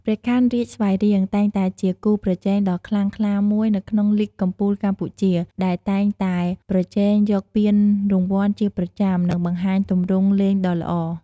ព្រះខ័នរាជស្វាយរៀងតែងតែជាគូប្រជែងដ៏ខ្លាំងក្លាមួយនៅក្នុងលីគកំពូលកម្ពុជា ដែលតែងតែប្រជែងយកពានរង្វាន់ជាប្រចាំ និងបង្ហាញទម្រង់លេងដ៏ល្អ។